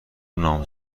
نامزد